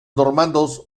normandos